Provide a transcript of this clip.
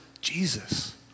Jesus